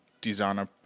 designer